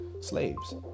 slaves